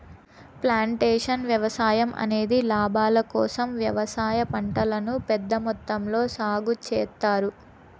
plantation వ్యవసాయం అనేది లాభాల కోసం వ్యవసాయ పంటలను పెద్ద మొత్తంలో సాగు చేత్తారు